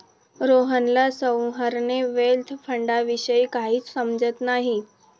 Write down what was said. रोहनला sovereign wealth फंडाविषयी काहीच समजत नाही